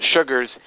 sugars